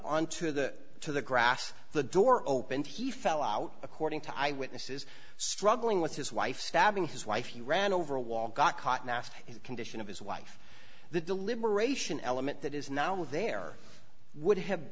onto the to the grass the door opened he fell out according to eyewitnesses struggling with his wife stabbing his wife he ran over a wall got caught and asked if a condition of his wife the deliberation element that is now there would have